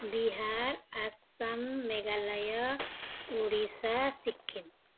Bihar Assam Meghalaya Odisha Sikkim